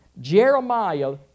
Jeremiah